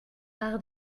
par